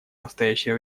настоящее